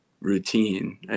routine